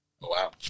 Wow